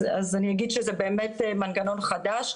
אני אגיד שזה באמת מנגנון חדש.